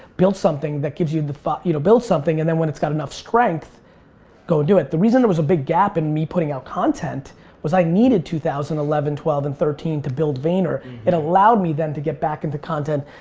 build something that gives you the, you know, build something and then when it's got enough strength go do it. the reason there was a big gap in me putting out content was i needed two thousand and eleven, twelve and thirteen to build vayner, vayner, it allowed me then to get back into content,